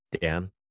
Dan